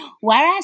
Whereas